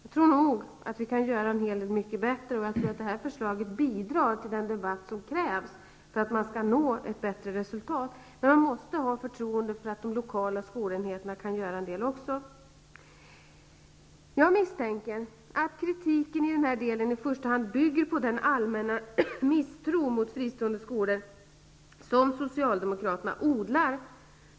Jag tror nog att vi kan göra en hel del mycket bättre, och jag tror att det här förslaget bidrar till den debatt som krävs för att man skall nå ett bättre resultat. Men man måste ha förtroende för att de lokala skolenheterna också kan göra en del. Jag misstänkter att kritiken i den här delen i första hand bygger på den allmänna misstro mot fristående skolor som Socialdemokraterna odlar.